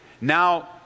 Now